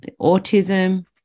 autism